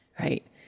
Right